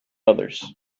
others